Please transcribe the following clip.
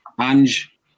Ange